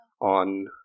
on